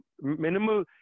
minimal